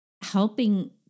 helping